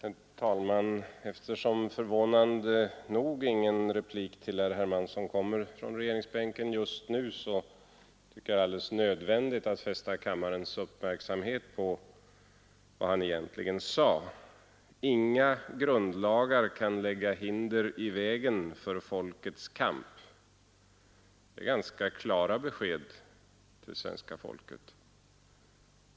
Herr talman! Eftersom förvånande nog ingen replik till herr Hermansson kommer från regeringsbänken just nu, tycker jag det är nödvändigt att fästa kammarens uppmärksamhet på vad han egentligen sade: ”Inga grundlagar kan lägga hinder i vägen för folkets kamp”. Det är ganska klara besked till svenska folket.